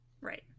right